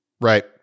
right